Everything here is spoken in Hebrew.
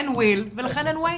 אין will ולכן אין way.